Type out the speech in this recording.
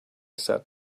said